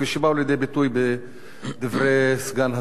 כפי שבאה לידי ביטוי בדברי סגן השר.